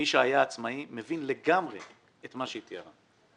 מי שהיה עצמאי מבין לגמרי את מה שהיא תיארה.